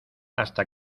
hasta